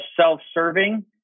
self-serving